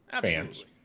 fans